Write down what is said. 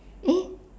eh